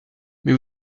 mais